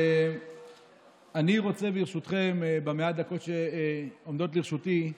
אני רוצה ברשותכם, במעט הדקות שעומדות לרשותי,